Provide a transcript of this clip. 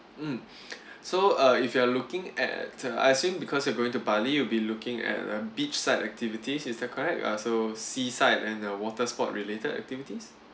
mm so uh if you are looking at uh I assume because you are going to bali you'll be looking at um beachside activities is that correct uh so seaside and the water sport related activities